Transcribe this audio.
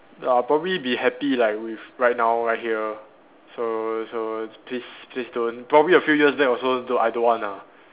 I'll probably be happy like with right now right here so so please please don't probably a few years back also don't I don't want ah